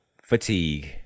fatigue